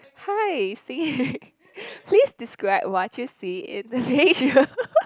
hi Siri please describe what you see in the picture